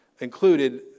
included